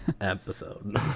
episode